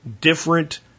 different